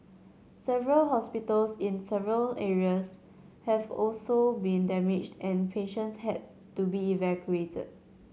several hospitals in several areas have also been damaged and patients had to be evacuated